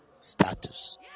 status